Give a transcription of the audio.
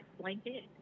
blanket